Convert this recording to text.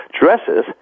dresses